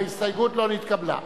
ההסתייגות לא נתקבלה.